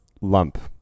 lump